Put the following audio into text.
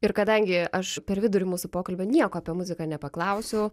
ir kadangi aš per vidurį mūsų pokalbio nieko apie muziką nepaklausiu